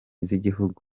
z’igihugu